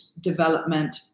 development